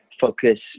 focus